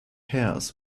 hairs